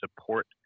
support